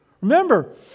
Remember